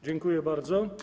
Dziękuje bardzo.